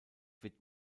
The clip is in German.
wird